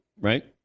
Right